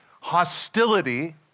hostility